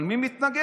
אבל מי מתנגד?